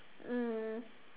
um